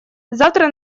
завтра